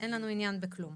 אין לנו עניין בכלום.